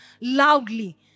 Loudly